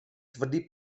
tvrdý